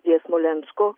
prie smolensko